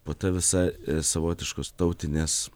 po ta visa savotiškos tautinės